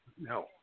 No